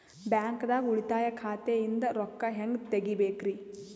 ಬ್ಯಾಂಕ್ದಾಗ ಉಳಿತಾಯ ಖಾತೆ ಇಂದ್ ರೊಕ್ಕ ಹೆಂಗ್ ತಗಿಬೇಕ್ರಿ?